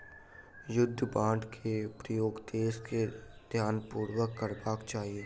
युद्ध बांड के उपयोग देस के ध्यानपूर्वक करबाक चाही